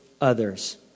others